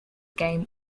game